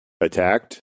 attacked